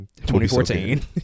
2014